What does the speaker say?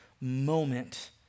moment